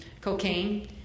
cocaine